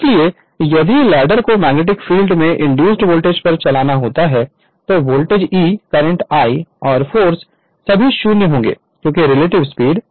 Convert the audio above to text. इसलिए यदि लैडर को मैग्नेटिक फील्ड में इंड्यूस्ड वोल्टेज पर चलना होता है तो वोल्टेज E करंट I और फोर्स सभी 0 होंगे क्योंकि रिलेटिव स्पीड 0 होगी